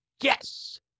Yes